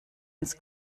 ins